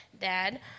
Dad